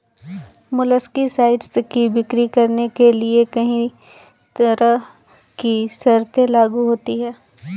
molluscicides की बिक्री करने के लिए कहीं तरह की शर्तें लागू होती है